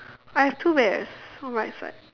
I have two bears on right side